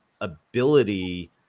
ability